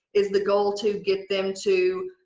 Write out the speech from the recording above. is the goal to get them to